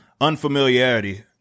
unfamiliarity